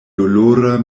dolora